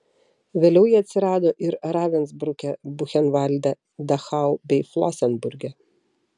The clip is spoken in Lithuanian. vėliau jie atsirado ir ravensbruke buchenvalde dachau bei flosenburge